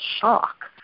shock